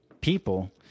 people